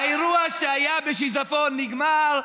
האירוע שהיה בשיזפון נגמר,